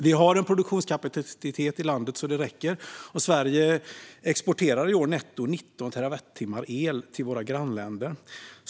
Vi har produktionskapacitet i landet så det räcker, och Sverige exporterar i år netto 19 terawattimmar el till våra grannländer.